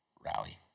rally